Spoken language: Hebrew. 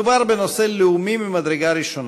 מדובר בנושא לאומי ממדרגה ראשונה.